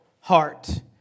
heart